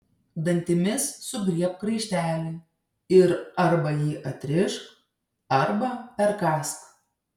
dantimis sugriebk raištelį ir arba jį atrišk arba perkąsk